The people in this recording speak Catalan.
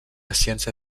ciència